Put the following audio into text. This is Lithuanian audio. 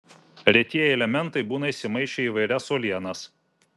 retieji elementai būna įsimaišę į įvairias uolienas